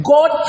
God